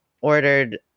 ordered